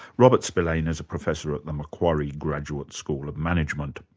robert spillane is a professor at the macquarie graduate school of management.